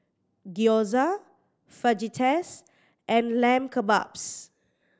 Gyoza Fajitas and Lamb Kebabs